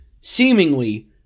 seemingly